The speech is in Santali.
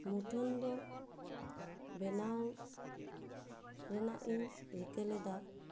ᱢᱩᱴᱷᱟᱹᱱ ᱫᱚ ᱵᱮᱱᱟᱣ ᱨᱮᱱᱟᱜ ᱤᱧ ᱨᱤᱠᱟᱹ ᱞᱮᱫᱟ